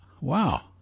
wow